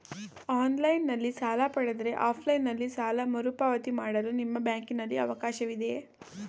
Online ನಲ್ಲಿ ಸಾಲ ಪಡೆದರೆ ಆಫ್ಲೈನ್ ನಲ್ಲಿ ಸಾಲ ಮರುಪಾವತಿ ಮಾಡಲು ನಿಮ್ಮ ಬ್ಯಾಂಕಿನಲ್ಲಿ ಅವಕಾಶವಿದೆಯಾ?